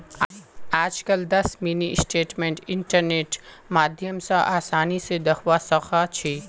आजकल दस mini statement इन्टरनेटेर माध्यम स आसानी स दखवा सखा छी